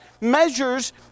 measures